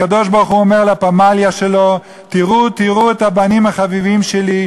הקדוש-ברוך-הוא אומר לפמליה שלו: תראו את הבנים החביבים שלי,